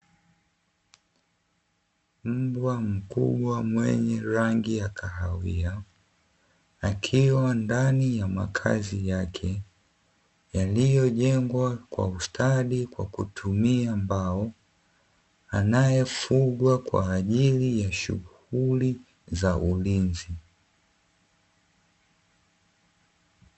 Mbwa mkubwa mwenye rangi ya kahawia, akiwa ndani ya makazi yake yaliyojengwa kwa ustadi kwa kutumia mbao, anayefugwa kwa ajili ya shughuli za ulinzi.